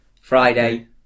Friday